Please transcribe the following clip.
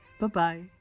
Bye-bye